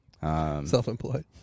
Self-employed